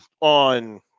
on